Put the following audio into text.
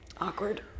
Awkward